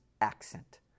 accent